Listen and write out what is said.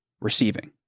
receiving